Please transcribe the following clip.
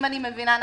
אם אני מבינה נכון.